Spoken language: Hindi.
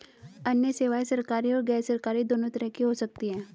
अन्य सेवायें सरकारी और गैरसरकारी दोनों तरह की हो सकती हैं